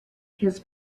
his